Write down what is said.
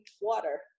water